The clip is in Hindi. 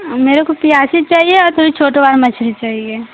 मेरे को पियासी चाहिए और थोड़ी छोटा वाला मछली चाहिए